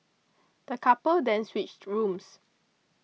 the couple then switched rooms